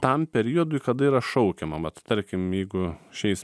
tam periodui kada yra šaukiama vat tarkim jeigu šiais